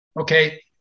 Okay